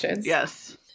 Yes